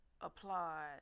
applaud